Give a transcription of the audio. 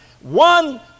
one